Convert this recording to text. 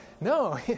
No